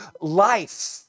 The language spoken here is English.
life